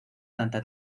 tanta